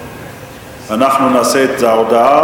היית,